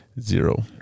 Zero